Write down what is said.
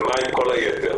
ומה עם כל היתר?